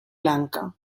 lanka